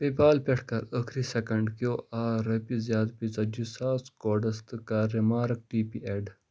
پے پال پٮ۪ٹھٕ کَر ٲخٕری سکینڈ کیو آر رۄپیہِ زیٛادٕ پے ژَتجی ساس کوڈس تہٕ کَر ریمارٕک ٹی پی ایڈ